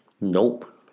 Nope